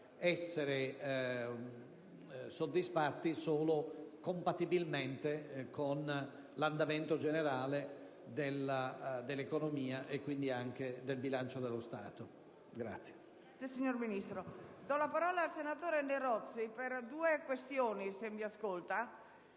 essere soddisfatti solo compatibilmente con l'andamento generale dell'economia e del bilancio dello Stato.